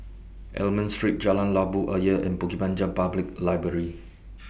Almond Street Jalan Labu Ayer and Bukit Panjang Public Library